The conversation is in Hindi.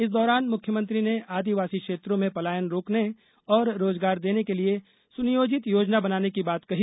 इस दौरान मुख्यमंत्री ने आदिवासी क्षेत्रों में पलायन रोकने और रोजगार देने के लिए सुनियोजित योजना बनाने की बात कही